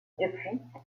depuis